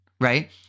right